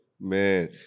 man